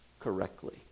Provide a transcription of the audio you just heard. correctly